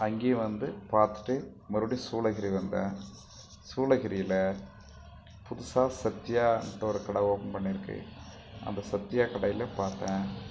அங்கேயும் வந்து பார்த்துட்டு மறுபடியும் சூளகிரி வந்தேன் சூளகிரியில் புதுசாக சத்தியாஸ்னு ஒரு கடை ஓப்பன் பண்ணியிருக்கு அந்த சத்தியா கடைலையும் பார்த்தேன்